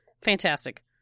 Fantastic